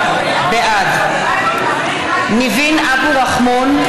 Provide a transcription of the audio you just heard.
בעד ניבין אבו רחמון,